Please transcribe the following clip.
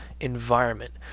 environment